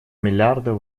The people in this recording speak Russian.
миллиарда